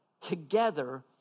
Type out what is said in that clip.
together